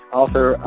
author